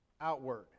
outward